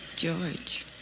George